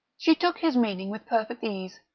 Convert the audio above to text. she took his meaning with perfect ease.